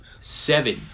Seven